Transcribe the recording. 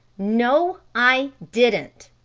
no, i didn't!